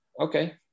okay